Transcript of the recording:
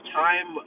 time